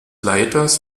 leiters